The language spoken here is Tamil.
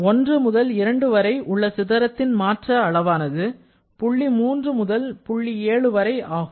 1 முதல் 2 வரை உள்ள சிதறத்தின் மாற்றத்தின் அளவானது புள்ளி 3 முதல் புள்ளி 7 வரை ஆகும்